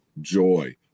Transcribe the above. joy